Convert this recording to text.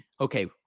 okay